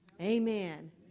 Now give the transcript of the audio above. amen